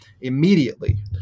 immediately